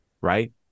right